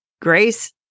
Grace